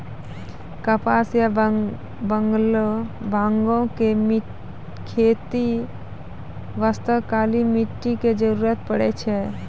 कपास या बांगो के खेती बास्तॅ काली मिट्टी के जरूरत पड़ै छै